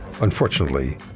unfortunately